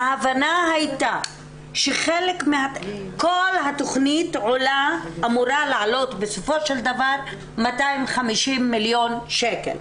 ההבנה הייתה שכל התכנית אמורה לעלות בסופו של דבר 250 מיליון שקל.